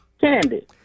Candy